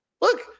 look